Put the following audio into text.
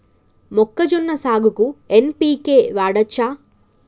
మొక్కజొన్న సాగుకు ఎన్.పి.కే వాడచ్చా?